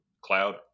Cloud